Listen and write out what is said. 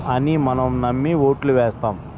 అని మనం నమ్మి ఓట్లు వేస్తాం